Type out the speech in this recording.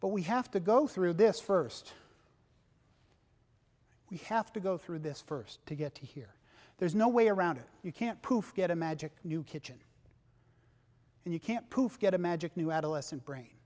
but we have to go through this first we have to go through this first to get here there's no way around it you can't get a magic new kitchen and you can't proof get a magic new adolescent brain